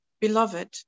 beloved